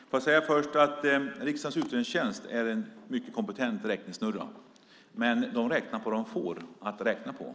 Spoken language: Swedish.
Fru talman! Låt mig först säga att riksdagens utredningstjänst är en mycket kompetent räknesnurra, men de räknar på det som de får i uppdrag att räkna på.